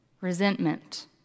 resentment